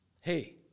Hey